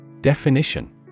Definition